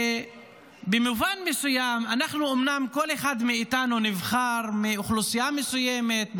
ובמובן מסוים אומנם כל אחד מאיתנו נבחר מאוכלוסייה מסוימת,